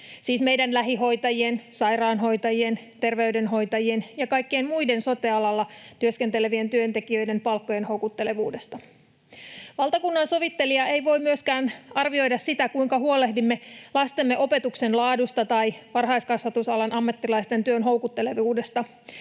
siis meidän lähihoitajien, sairaanhoitajien, terveydenhoitajien ja kaikkien muiden sote-alalla työskentelevien työntekijöiden palkkojen houkuttelevuudesta. Valtakunnansovittelija ei voi myöskään arvioida sitä, kuinka huolehdimme lastemme opetuksen laadusta tai varhaiskasvatusalan ammattilaisten työn houkuttelevuudesta,